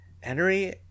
Henry